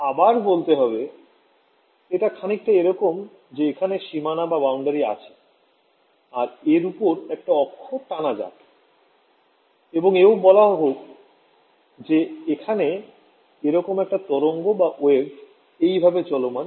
আবার বলতে হবে এটা খানিকটা এরকম যে এখানে সীমানা আছে আর এর উপর একটা অক্ষ টানা যাক এবং এও বলা হোক যে এখানে এরকম একটা তরঙ্গ এইভাবে চলমান